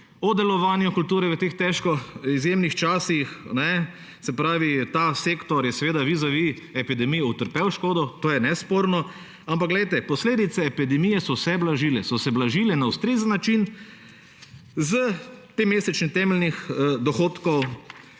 delovanju kulture v teh težkih, izjemnih časih. Ta sektor je seveda vizavi epidemije utrpel škodo, to je nesporno. Ampak posledice epidemije so se blažile, so se blažile na ustrezen način – z mesečnim temeljnim dohodkom,